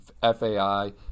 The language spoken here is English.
FAI